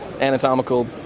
Anatomical